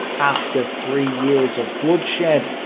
after three years of bloodshed,